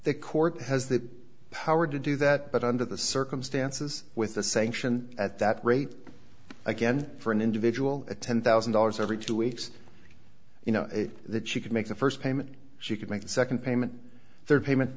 the court has the power to do that but under the circumstances with the same fashion at that rate again for an individual a ten thousand dollars every two weeks you know that she could make the first payment she could make the second payment there payment